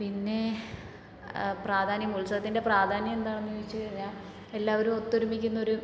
പിന്നെ പ്രാധാന്യം ഉത്സവത്തിൻ്റെ പ്രാധാന്യം എന്താണെന്ന് ചോദിച്ച് കഴിഞ്ഞാൽ എല്ലാവരും ഒത്തൊരുമിക്കുന്ന ഒരു